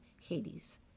Hades